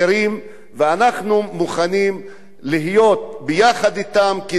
ואנחנו מוכנים להיות ביחד אתם כדי להשיג